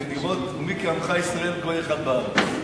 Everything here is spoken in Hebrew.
זה לראות "מי כעמך ישראל גוי אחד בארץ".